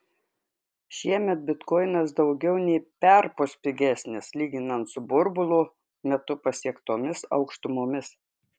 šiemet bitkoinas daugiau nei perpus pigesnis lyginant su burbulo metu pasiektomis aukštumomis